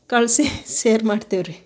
ಕಳಿಸಿ ಸೇರ್ ಮಾಡ್ತೀವಿ ರೀ